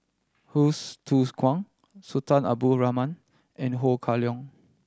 Hsu Tse Kwang Sultan Abdul Rahman and Ho Kah Leong